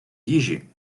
їжі